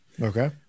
Okay